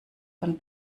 von